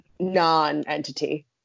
Non-entity